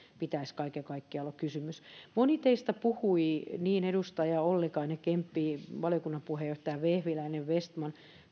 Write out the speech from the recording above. pitäisi kaiken kaikkiaan olla kysymys moni teistä puhui työstä edustajat ollikainen ja kemppi valiokunnan puheenjohtaja vehviläinen vestman